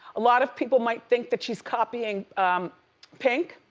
a lot of people might think that she's copying pink.